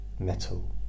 metal